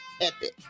epic